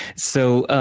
so,